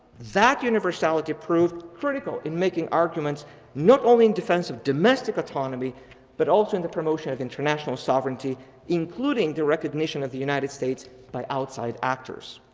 that universality proved critical in making arguments not only in defensive domestic autonomy but also in the promotion of international sovereignty including the recognition of the united states by outside actors.